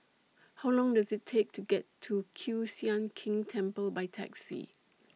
How Long Does IT Take to get to Kiew Sian King Temple By Taxi